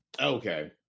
Okay